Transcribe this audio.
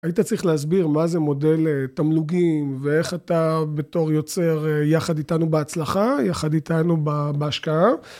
היית צריך להסביר מה זה מודל תמלוגים, ואיך אתה בתור יוצר, יחד איתנו בהצלחה, יחד איתנו ב... בהשקעה.